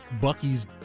Bucky's